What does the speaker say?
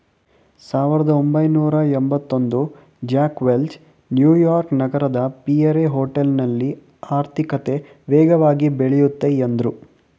ಸಾವಿರದಒಂಬೈನೂರಎಂಭತ್ತಒಂದು Jack Welch New York ನಗರದ Pierre ಹೋಟೆಲ್ನಲ್ಲಿ ಆರ್ಥಿಕತೆ ವೇಗವಾಗಿ ಬೆಳೆಯುತ್ತದೆ ಎಂದ್ರು